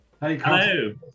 Hello